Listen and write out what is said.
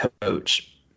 coach